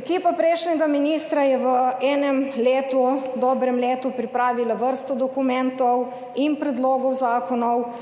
Ekipa prejšnjega ministra je v enem letu, dobrem letu pripravila vrsto dokumentov in predlogov zakonov,